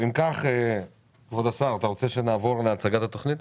כבוד השר, אתה רוצה שנעבור להצעת התכנית?